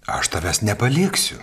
aš tavęs nepaliksiu